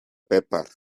paper